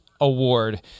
award